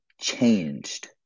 changed